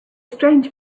strange